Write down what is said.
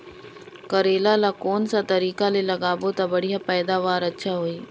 करेला ला कोन सा तरीका ले लगाबो ता बढ़िया पैदावार अच्छा होही?